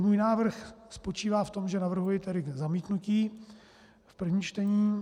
Můj návrh spočívá v tom, že navrhuji zamítnutí v prvním čtení.